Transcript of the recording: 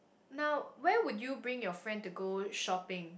now where would you bring your friend to go shopping